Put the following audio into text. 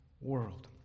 world